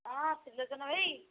ହଁ ତ୍ରିଲୋଚନ ଭାଇ